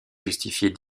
justifiait